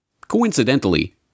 Coincidentally